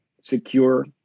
secure